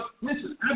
listen